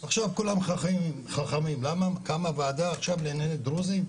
עכשיו כולם חכמים, קמה וועדה לענייני דרוזים,